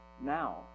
now